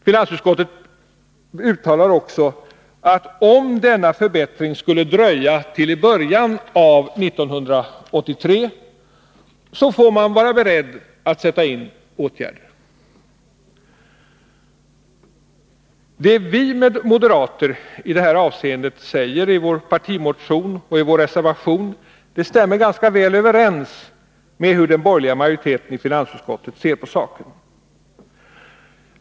Finansutskottet uttalar också att om denna förbättring skulle dröja till början av 1983 får man vara beredd att sätta in åtgärder. Vad vi moderater i det avseendet säger i vår partimotion och i vår reservation stämmer ganska väl överens med hur den borgerliga majoriteten i finansutskottet ser på saken.